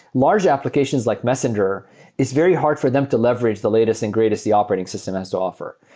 large applications like messenger is very hard for them to leverage the latest and greatest the operating system has to offer.